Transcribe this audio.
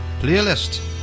playlist